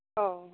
अह